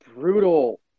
brutal